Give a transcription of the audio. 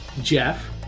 Jeff